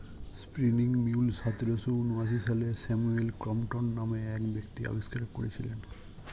spinning mule সতেরোশো ঊনআশি সালে স্যামুয়েল ক্রম্পটন নামক এক ব্যক্তি আবিষ্কার করেছিলেন